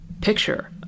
picture